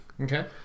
okay